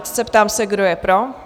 Ptám se, kdo je pro?